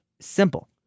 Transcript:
simple